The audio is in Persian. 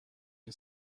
این